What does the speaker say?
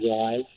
drive